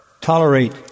tolerate